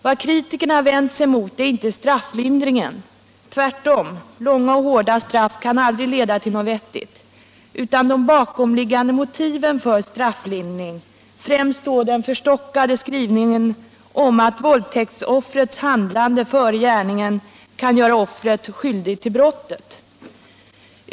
Vad kritikerna vänt sig mot är inte strafflindringen — tvärtom; långa och hårda straff kan aldrig leda till något vettigt — utan de bakomliggande motiven för strafflindringen, främst då den förstockade skrivningen om att våldtäktsoffrets handlande före gärningen kan göra offret skyldigt till brottet.